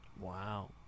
wow